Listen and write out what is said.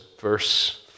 verse